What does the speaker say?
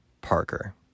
Parker